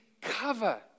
cover